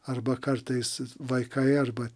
arba kartais vaikai arba